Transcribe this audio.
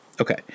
Okay